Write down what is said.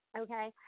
okay